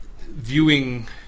viewing